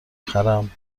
خرم